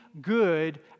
good